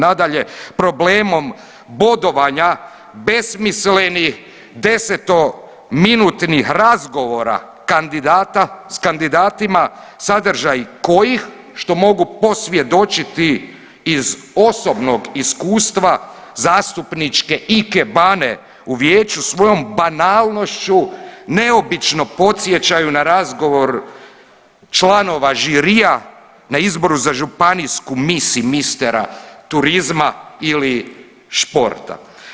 Nadalje, problemom bodovanja besmislenih desetominutnih razgovora kandidata, s kandidatima sadržaj kojih što mogu posvjedočiti iz osobnog iskustva zastupničke ikebane u vijeću svojom banalnošću neobično podsjećaju na razgovor članova žirija na izboru za županijsku miss i mistera turizma ili športa.